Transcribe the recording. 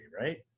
right